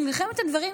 אני נלחמת על דברים,